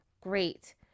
Great